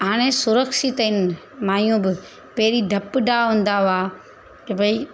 हाणे सुरक्षित आहिनि माइयूं बि पहिरीं डपु ॾा हूंदा हुआ की भई